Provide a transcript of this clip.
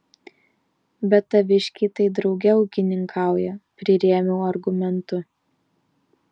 bet taviškiai tai drauge ūkininkauja prirėmiau argumentu